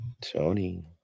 Tony